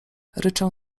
ryczę